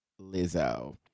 Lizzo